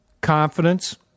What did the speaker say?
confidence